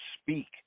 speak